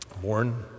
born